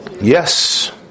Yes